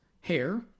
hair